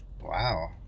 Wow